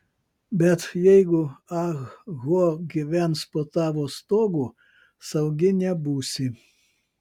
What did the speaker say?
bet jeigu ah ho gyvens po tavo stogu saugi nebūsi